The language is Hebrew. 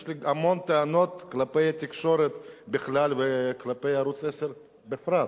יש לי המון טענות כלפי התקשורת בכלל וכלפי ערוץ-10 בפרט,